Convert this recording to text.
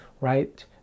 right